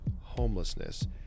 homelessness